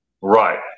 Right